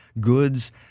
goods